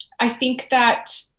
i think that